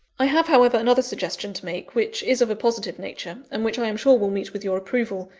i have, however, another suggestion to make, which is of a positive nature, and which i am sure will meet with your approval.